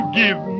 give